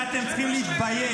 ואתם צריכים להתבייש,